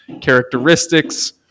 characteristics